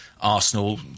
Arsenal